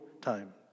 time